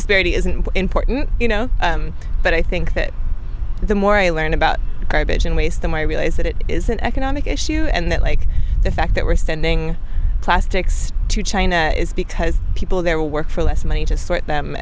disparity isn't important you know but i think that the more i learn about garbage and waste them i realize that it is an economic issue and that like the fact that we're standing plastics to china is because people there work for less money to